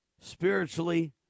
spiritually